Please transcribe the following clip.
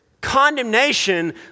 Condemnation